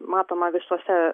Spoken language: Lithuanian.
matoma visose